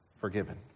Forgiven